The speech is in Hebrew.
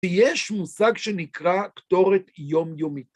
יש מושג שנקרא קטורת יומיומית.